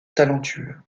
talentueux